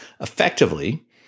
effectively